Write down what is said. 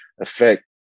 affect